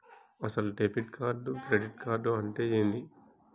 అసలు debit card credit card అంటే ఏంది?